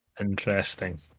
Interesting